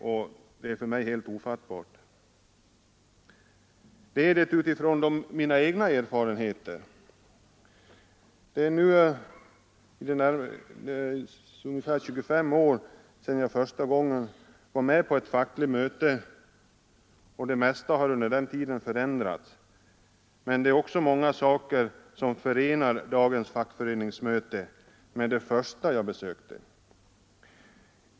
Jag säger detta mot bakgrunden av mina egna erfarenheter. Det är nu ca 25 år sedan jag första gången var på ett fackligt möte. Även om det mesta sedan dess har förändrats, finns det många likheter mellan dagens fackföreningsmöten och de första jag besökte.